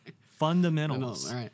fundamentals